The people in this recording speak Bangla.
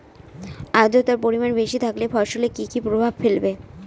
আদ্রর্তার পরিমান বেশি থাকলে ফসলে কি কি প্রভাব ফেলবে?